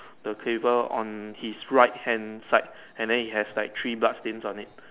the table on his right hand side and then he has like three blood stains on it